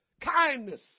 Kindness